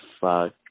fuck